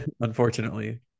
unfortunately